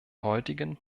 heutigen